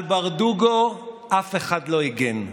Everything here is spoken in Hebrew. על ברדוגו אף אחד לא הגן.